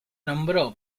nombró